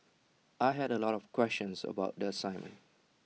I had A lot of questions about the assignment